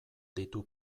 ditu